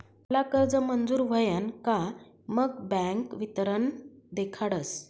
आपला कर्ज मंजूर व्हयन का मग बँक वितरण देखाडस